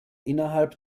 innerhalb